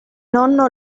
nonno